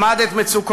למד את מצוקותיהם,